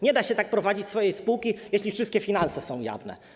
Nie da się tak prowadzić swojej spółki, jeśli wszystkie finanse są jawne.